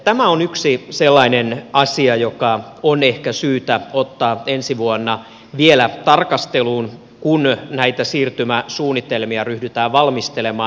tämä on yksi sellainen asia joka on ehkä syytä ottaa ensi vuonna vielä tarkasteluun kun näitä siirtymäsuunnitelmia ryhdytään valmistelemaan